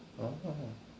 (uh huh)